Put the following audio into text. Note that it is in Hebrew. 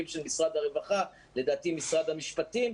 נציגים של משרד הרווחה, משרד המשפטים.